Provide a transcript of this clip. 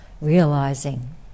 realizing